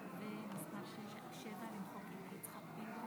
שלוש דקות לרשותך.